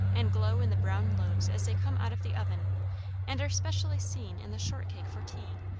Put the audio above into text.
and glow in the brown loaves as they come out of the oven and are specially seen in the shortcake for tea,